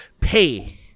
pay